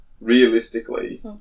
realistically